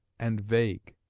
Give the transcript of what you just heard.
and vague.